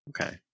Okay